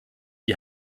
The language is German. die